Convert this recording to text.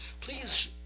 please